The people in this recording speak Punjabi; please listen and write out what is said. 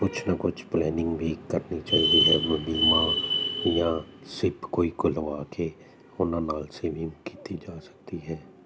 ਕੁਛ ਨਾ ਕੁਛ ਪਲੈਨਿੰਗ ਵੀ ਕਰਨੀ ਚਾਹੀਦੀ ਹੈ ਬੀਮਾਂ ਜਾਂ ਸਿੱਪ ਕੋਈ ਕ ਲਵਾ ਕੇ ਉਹਨਾਂ ਨਾਲ ਸੇਵਿੰਗ ਕੀਤੀ ਜਾ ਸਕਦੀ ਹੈ